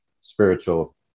spiritual